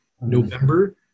November